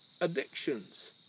addictions